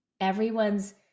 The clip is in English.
Everyone's